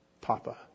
Papa